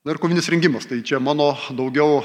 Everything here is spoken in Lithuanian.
na ir kovinis rengimas tai čia mano daugiau